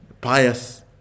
pious